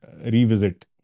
revisit